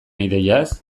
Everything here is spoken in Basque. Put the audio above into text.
ideiaz